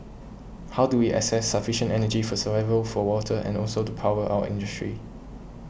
how do we access sufficient energy for survival for water and also to power our industry